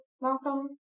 Malcolm